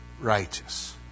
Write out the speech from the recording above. righteous